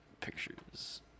Pictures